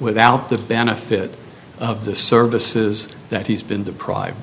without the benefit of the services that he's been deprived